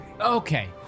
Okay